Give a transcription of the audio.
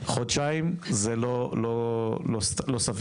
חודשיים זה לא סביר.